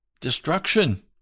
destruction